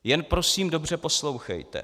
Jen prosím dobře poslouchejte!